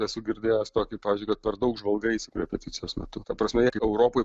esu girdėjęs tokį pavyzdžiui kad per daug žvalgais repeticijos metu ta prasme ir europoje